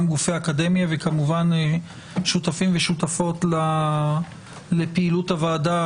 גם גופי אקדמיה וכמובן שותפים ושותפות לפעילות הוועדה